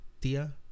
tia